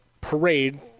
parade